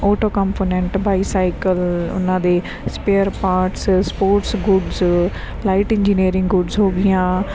auto component bicycle ਉਹਨਾਂ ਦੇ spare parts sports goods lighting engineering goods ਹੋ ਗਈਆਂ